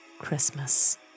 Christmas